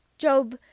Job